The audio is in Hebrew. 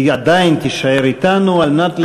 היא עדיין תישאר אתנו על מנת להשיב,